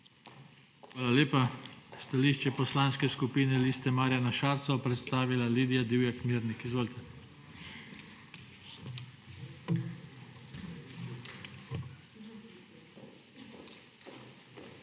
Hvala lepa. Stališče Poslanske skupine Liste Marjana Šarca bo predstavila Lidija Divjak Mirnik. Izvolite. **LIDIJA